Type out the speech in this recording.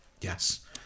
Yes